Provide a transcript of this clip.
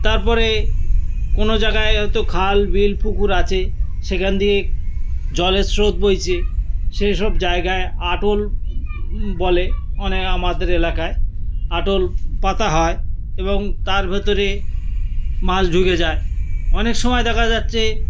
তারপরে কোনো যায়গায় হয়তো খাল বিল পুকুর আছে সেখান দিয়ে জলের স্রোত বইছে সেই সব জায়গায় আটল বলে অনেক আমাদের এলাকায় আটল পাতা হয় এবং তার ভিতরে মাছ ঢুকে যায় অনেক সময় দেখা যাচ্ছে